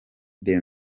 the